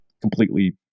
completely